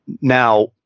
Now